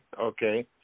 okay